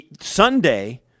Sunday